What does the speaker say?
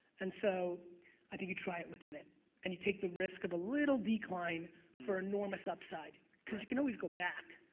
and so i think you try it within it and you take the risk of a little decline for enormous upside because you can always go back.